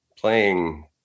playing